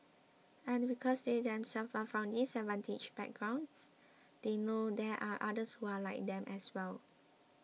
and because they themselves are from disadvantaged backgrounds they know there are others who are like them as well